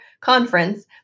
conference